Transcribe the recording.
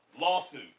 lawsuit